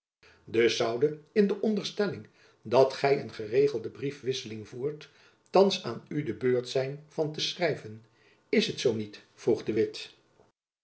dus zoude in de onderstelling dat gy een geregelde briefwisseling voert thands aan u de beurt zijn van te schrijven is het zoo niet vroeg de witt